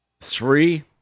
three –